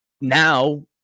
now